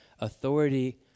authority